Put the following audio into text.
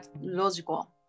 logical